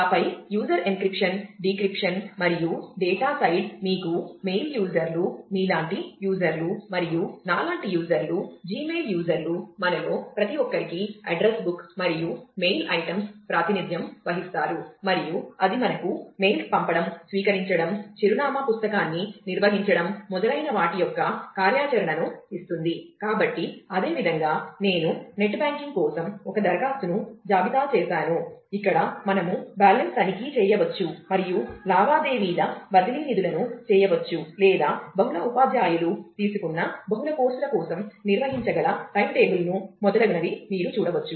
ఆపై user encryption కోసం ఒక దరఖాస్తును జాబితా చేసాను ఇక్కడ మనము బ్యాలెన్స్ తనిఖీ చేయవచ్చు మరియు లావాదేవీల బదిలీ నిధులను చేయవచ్చు లేదా బహుళ ఉపాధ్యాయులు తీసుకున్న బహుళ కోర్సుల కోసం నిర్వహించగల టైమ్ టేబుల్ను మొదలగునవి మీరు చూడవచ్చు